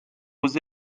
aux